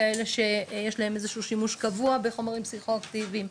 כאלה שיש להם איזשהו שימוש קבוע בחומרים פסיכוטיים,